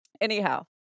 anyhow